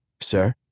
Sir